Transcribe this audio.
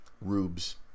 Rubes